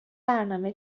برنامه